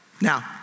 Now